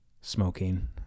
smoking